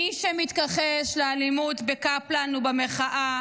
מי שמתכחש לאלימות בקפלן ובמחאה